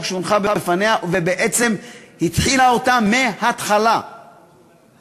שהונחה בפניה ובעצם התחילה אותה מהתחלה,